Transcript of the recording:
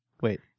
Wait